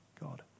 God